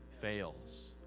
fails